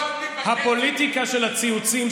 הפוליטיקה של הציוצים,